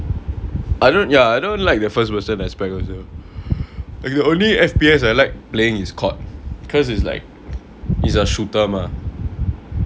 I don't ya I don't like the first person aspect also the only F_P_S I like playing is C_O_D cause it's like it's a shooter mah